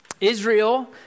Israel